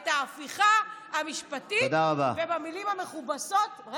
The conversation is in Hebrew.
את ההפיכה המשפטית, ובמילים המכובסות, תודה רבה.